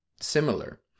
similar